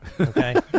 Okay